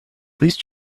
please